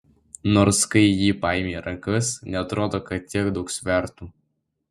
nors kai jį paimi į rankas neatrodo kad tiek daug svertų